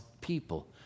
people